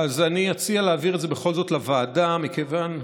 אז אני אציע להעביר את זה בכל זאת לוועדה, מכיוון,